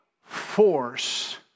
force